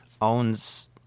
owns